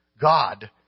God